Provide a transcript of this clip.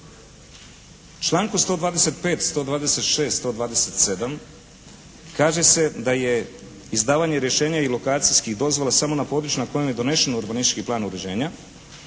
članku 125., 126., 127. kaže se da je izdavanje rješenja i lokacijskih dozvola samo na području na kojem je donesen urbanistički plan uređenja